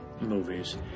movies